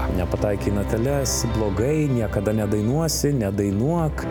nepataikei į nateles blogai niekada nedainuosi nedainuok